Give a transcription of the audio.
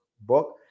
book